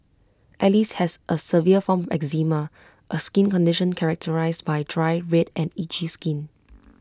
alice has A severe form of eczema A skin condition characterised by dry red and itchy skin